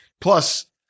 Plus